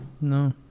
no